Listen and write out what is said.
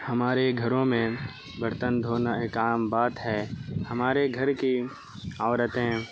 ہمارے گھروں میں برتن دھونا ایک عام بات ہے ہمارے گھر کی عورتیں